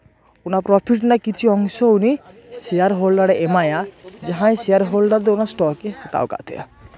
ᱚᱱᱟ ᱯᱨᱚᱯᱷᱤᱴ ᱨᱮᱭᱟᱜ ᱠᱤᱪᱷᱩ ᱚᱝᱥᱚ ᱩᱱᱤ ᱥᱮᱭᱟᱨ ᱦᱳᱞᱰᱟᱨᱮᱭ ᱮᱢᱟᱭᱟ ᱡᱟᱦᱟᱸᱭ ᱥᱮᱭᱟᱨ ᱦᱳᱞᱰᱟᱨ ᱫᱚ ᱚᱱᱟ ᱥᱴᱚᱠᱮᱭ ᱦᱟᱛᱟᱣ ᱠᱟᱜ ᱛᱟᱦᱮᱸᱜᱼᱟ